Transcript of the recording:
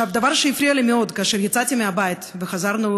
דבר שהפריע לי מאוד כאשר יצאתי מהבית וחזרנו